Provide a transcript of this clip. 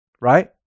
Right